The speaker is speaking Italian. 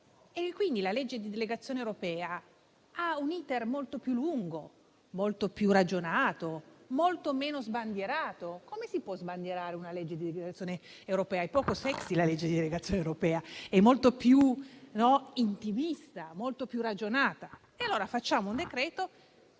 La legge di delegazione europea ha un *iter* molto più lungo, molto più ragionato e meno sbandierato. Come si può sbandierare una legge di delegazione europea? È poco sexy la legge di delegazione europea, è molto più intimista e più ragionata. Allora facciamo un decreto,